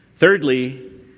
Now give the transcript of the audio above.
Thirdly